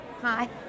Hi